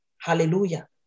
Hallelujah